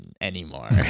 anymore